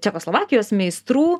čekoslovakijos meistrų